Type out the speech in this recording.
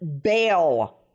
bail